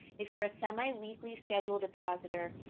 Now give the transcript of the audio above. if you're a semiweekly schedule depositor,